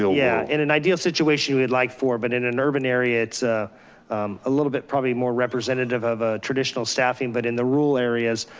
yeah in an ideal situation, we we'd like four, but in an urban area, it's ah a little bit probably more representative of a traditional staffing, but in the rural areas,